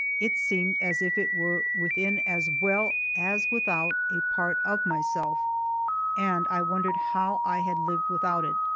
it seemed as if it were within as well as without, a part of myself and i wondered how i had lived without it,